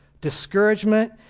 discouragement